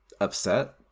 upset